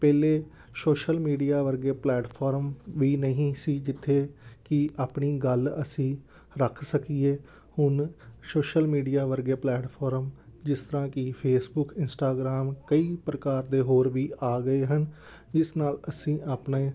ਪਹਿਲੇ social media ਵਰਗੇ platform ਵੀ ਨਹੀਂ ਸੀ ਜਿੱਥੇ ਕਿ ਆਪਣੀ ਗੱਲ ਅਸੀਂ ਰੱਖ ਸਕੀਏ ਹੁਣ ਸ਼ੋਸ਼ਲ ਮੀਡੀਆ ਵਰਗੇ ਪਲੈਟਫੋਰਮ ਜਿਸ ਤਰ੍ਹਾਂ ਕਿ ਫੇਸਬੁੱਕ ਇੰਸਟਾਗ੍ਰਾਮ ਕਈ ਪ੍ਰਕਾਰ ਦੇ ਹੋਰ ਵੀ ਆ ਗਏ ਹਨ ਜਿਸ ਨਾਲ ਅਸੀਂ ਆਪਣੇ